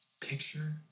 picture